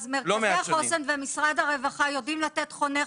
מרכזי החוסן ומשרד הרווחה יודעים לתת חונך